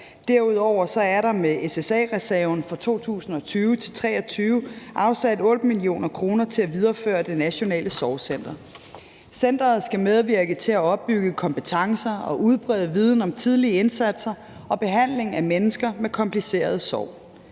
derudover er der med SSA-reserven for 2020-2023 afsat 8 mio. kr. til at videreføre Det Nationale Sorgcenter. Centeret skal medvirke til at opbygge kompetencer og udbrede viden om tidlige indsatser og behandling af mennesker med kompliceret sorg.